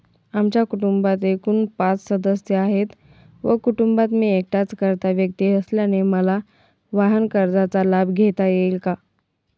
आमच्या कुटुंबात एकूण पाच सदस्य आहेत व कुटुंबात मी एकटाच कर्ता व्यक्ती असल्याने मला वाहनकर्जाचा लाभ घेता येईल का?